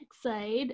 side